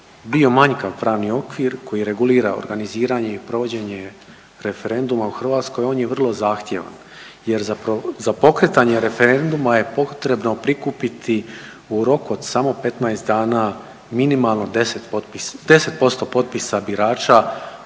bio manjkav pravni okvir koji regulira organiziranje i provođenje referenduma u Hrvatskoj on je vrlo zahtjevan jer za pokretanje referenduma je potrebno prikupiti u roku od samo 15 dana minimalno 10% potpisa birača